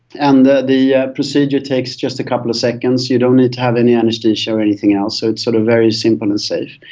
and the the ah procedure takes just a couple of seconds, you don't need to have any anaesthesia or anything else, so it's sort of very simple and safe.